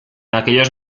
aquellos